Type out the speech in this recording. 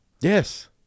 Yes